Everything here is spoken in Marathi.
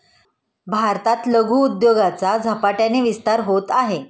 भारतात लघु उद्योगाचा झपाट्याने विस्तार होत आहे